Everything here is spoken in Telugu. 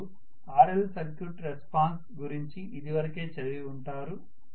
మీరు RL సర్క్యూట్ రెస్పాన్స్ గురించి ఇదివరకే చదివి ఉంటారు